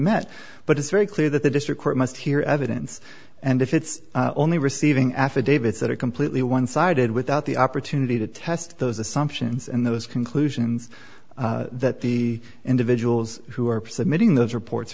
met but it's very clear that the district court must hear evidence and if it's only receiving affidavits that are completely one sided without the opportunity to test those assumptions and those conclusions that the individuals who are submitting those reports